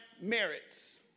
merits